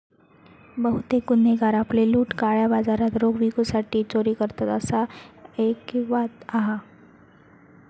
बहुतेक गुन्हेगार आपली लूट काळ्या बाजारात रोख विकूसाठी चोरी करतत, असा ऐकिवात हा